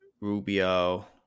Rubio